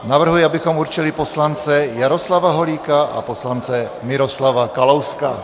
Navrhuji, abychom určili poslance Jaroslava Holíka a poslance Miroslava Kalouska.